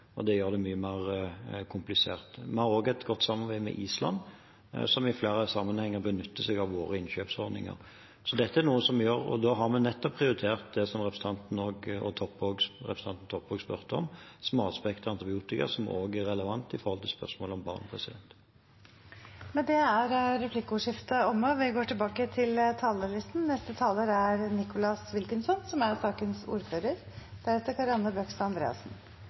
og det gjør det mye mer komplisert. Vi har også et godt samarbeid med Island, som i flere sammenhenger benytter seg av våre innkjøpsordninger. Så dette er noe vi gjør, og da har vi prioritert nettopp det som representantene Wilkinson og Toppe spurte om, smalspektret antibiotika, som også er relevant